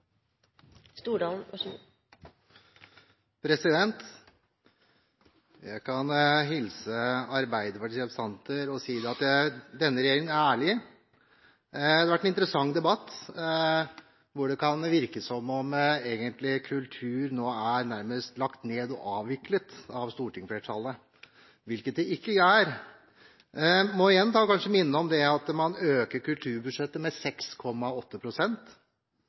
ærlig. Det har vært en interessant debatt, hvor det kan virke som om kultur nærmest er lagt ned og avviklet av stortingsflertallet, hvilket det ikke er. Jeg må kanskje igjen minne om at man øker kulturbudsjettet med